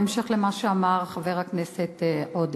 בהמשך למה שאמר חבר הכנסת עודה.